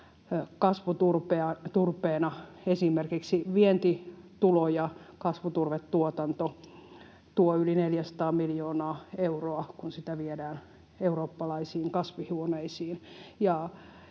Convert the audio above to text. kasvuturpeena. Esimerkiksi vientituloja kasvuturvetuotanto tuo yli 400 miljoonaa euroa, kun sitä viedään eurooppalaisiin kasvihuoneisiin.